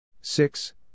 six